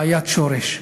בעיית שורש.